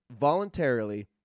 Voluntarily